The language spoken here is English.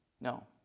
No